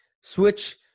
Switch